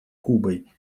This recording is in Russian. кубой